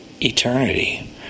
eternity